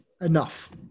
enough